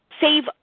save